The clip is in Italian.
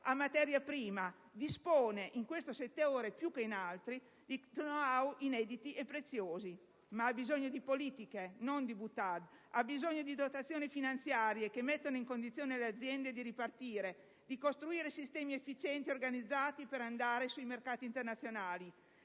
ha materia prima, dispone, più che altri settori, di *know-how* inediti e preziosi, ma ha bisogno di politiche non di *boutade*; ha bisogno di dotazioni finanziarie che mettano in condizioni le aziende di ripartire, di costruire sistemi efficienti organizzati, per andare sui mercati internazionali.